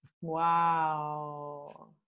Wow